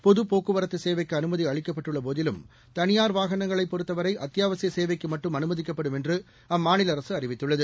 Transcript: பொதுப்போக்குவரத்தசேவைக்குஅனுமதிஅளிக்கப்பட்டுள்ளபோதிலும் தளியார் வாகனங்களைப் பொறுத்தவரைஅத்தியாவசியசேவைக்கு மட்டும் அனுமதிக்கப்படும் என்றுஅம்மாநிலஅரசுஅறிவித்துள்ளது